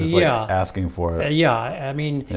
yeah asking for it yeah, i mean and